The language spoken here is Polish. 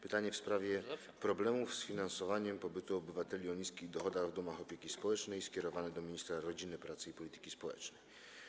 Pytanie w sprawie problemów z finansowaniem pobytu obywateli o niskich dochodach w domach opieki społecznej skierowane jest do ministra rodziny, pracy i polityki społecznej.